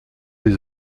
des